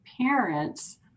parents